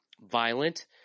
violent